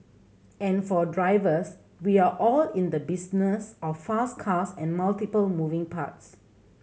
and for drivers we are all in the business of fast cars and multiple moving parts